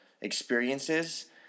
experiences